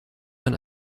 man